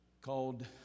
called